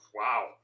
wow